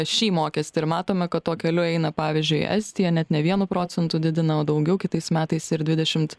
šį mokestį ir matome kad tuo keliu eina pavyzdžiui estija net ne vienu procentu didina o daugiau kitais metais ir dvidešimt